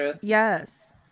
yes